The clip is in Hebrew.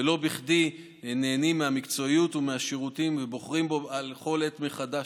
ולא בכדי הם נהנים מהמקצועיות ומהשירותים ובוחרים בו בכל עת מחדש,